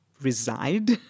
reside